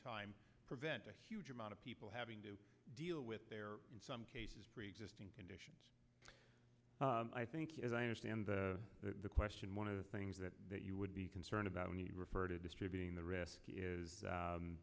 time prevent a huge amount of people having to deal with their in some cases preexisting conditions i think as i understand the question one of the things that that you would be concerned about when he referred to distributing the risk is